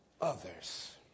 others